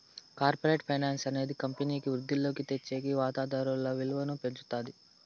corporate finance అనేది కంపెనీకి వృద్ధిలోకి తెచ్చేకి వాతాదారుల విలువను పెంచుతాది